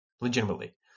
legitimately